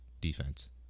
defense